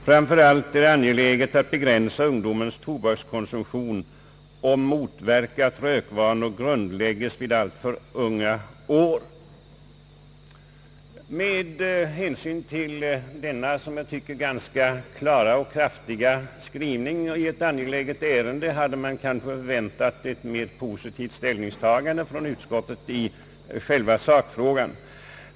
Framför allt är det angeläget att begränsa ungdomens tobakskonsumtion och motverka att rökvanor grundläggs vid alltför unga år.» Med tanke på denna som jag tycker ganska klara och kraftfulla skrivning i ett angeläget ärende hade man kanske väntat sig ett mera positivt ställningstagande från utskottet i själva sakfrågan.